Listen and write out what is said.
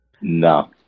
No